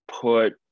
put –